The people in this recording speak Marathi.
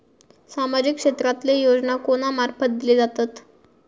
सामाजिक क्षेत्रांतले योजना कोणा मार्फत दिले जातत?